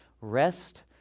rest